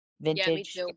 vintage